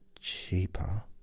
cheaper